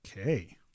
Okay